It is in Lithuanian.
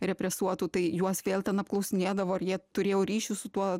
represuotų tai juos vėl ten apklausinėdavo ar jie turėjo ryšius su tuo